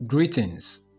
Greetings